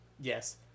yes